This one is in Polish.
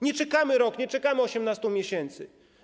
Nie czekamy rok, nie czekamy 18 miesięcy.